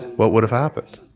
what would have happened?